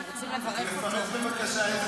לפרט בבקשה איזה